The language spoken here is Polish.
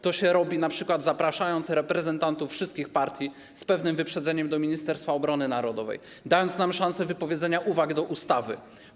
To się robi, np. zapraszając reprezentantów wszystkich partii, z pewnym wyprzedzeniem, do Ministerstwa Obrony Narodowej, dając nam szansę wypowiedzenia uwag o ustawie.